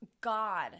God